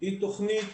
היא תוכנית